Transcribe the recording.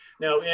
Now